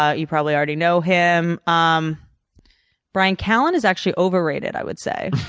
ah you probably already know him. um bryan callen is actually overrated, i would say.